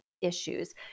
issues